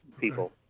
people